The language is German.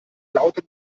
lauter